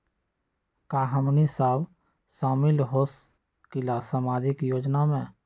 का हमनी साब शामिल होसकीला सामाजिक योजना मे?